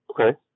Okay